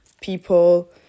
people